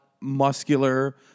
muscular